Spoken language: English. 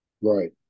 Right